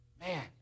Man